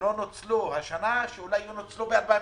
שלא נוצלו השנה, ואולי ינוצלו ב-2021.